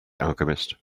alchemist